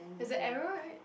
there's a arrow right